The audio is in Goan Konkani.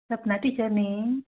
सपना टिचर न्हय